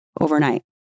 overnight